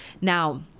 Now